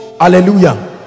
Hallelujah